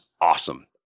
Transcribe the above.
awesome